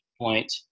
point